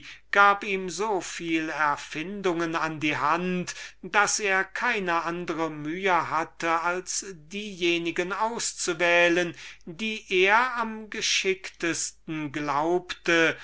gab ihm so viele erfindungen an die hand daß er keine andre mühe hatte als diejenigen auszuwählen die er am geschicktesten glaubte